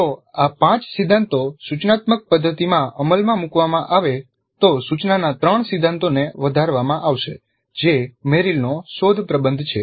જો આ પાંચ સિદ્ધાંતો સૂચનાત્મક પદ્ધતિમાં અમલમાં મૂકવામાં આવે તો સૂચનાના ત્રણ સિદ્ધાંતોને વધારવામાં આવશે - જે મેરિલનો શોધ પ્રબંધ છે